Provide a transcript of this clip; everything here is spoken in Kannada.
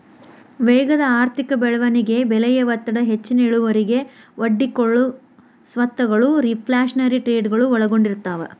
ವೇಗದ ಆರ್ಥಿಕ ಬೆಳವಣಿಗೆ ಬೆಲೆಯ ಒತ್ತಡ ಹೆಚ್ಚಿನ ಇಳುವರಿಗೆ ಒಡ್ಡಿಕೊಳ್ಳೊ ಸ್ವತ್ತಗಳು ರಿಫ್ಲ್ಯಾಶನರಿ ಟ್ರೇಡಗಳು ಒಳಗೊಂಡಿರ್ತವ